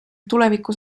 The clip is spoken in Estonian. tulevikus